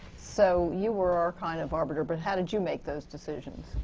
so you were our kind of arbiter, but how did you make those decisions?